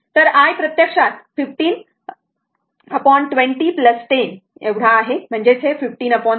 तर i प्रत्यक्षात 15 20 10 आहे म्हणजे 1530 आहे